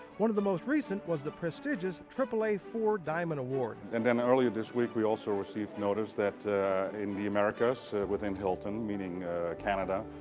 one of the most recent was the prestigious triple a four diamond award. and then earlier this week, we also received notice that in the americas within hilton, meaning canada,